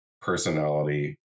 personality